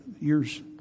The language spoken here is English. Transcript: years